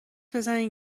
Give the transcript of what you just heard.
بزنین